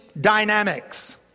dynamics